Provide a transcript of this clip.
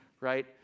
right